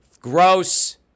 Gross